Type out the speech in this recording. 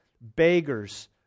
beggars